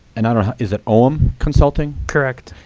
and and is it om consulting? correct.